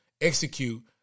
execute